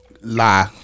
Lie